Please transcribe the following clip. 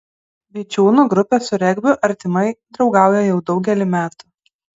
vičiūnų grupė su regbiu artimai draugauja jau daugelį metų